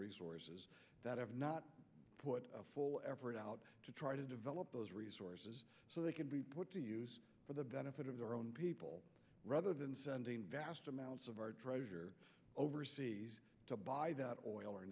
resources that have not put a full effort out to try to develop those resource so they can be put to use for the benefit of their own people rather than sending vast amounts of overseas to buy the oil or